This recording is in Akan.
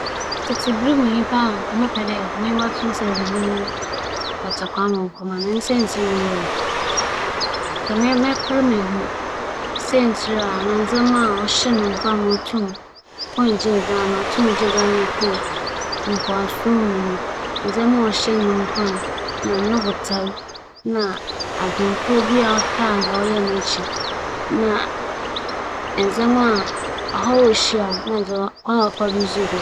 Sɛ merenya akwanya dɛ menye abakͻsɛm nyimpa tsitsir bi bͻto nsa edzidzi a, obi a nkyɛ ͻbɛyɛ nye Osagyefo Kwame Nkrumah. Siantsir nye dɛ, ͻno nye nyimpa a ͻdween ebibirman nyinaa ho dɛ ͻdze hɛn bͻbͻ mu ayɛ hɛn kor na ͻadwen hɛn mpontu ho. ͻno na ͻboae ma Ghana nyaa hɛn fahodzi ma ndɛ da yi hɛn nyinara yɛwͻ fahodzi a yɛnnhyɛ ͻman fofor biara ase.